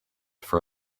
for